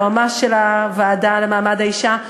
היועצת המשפטית של הוועדה לקידום מעמד האישה,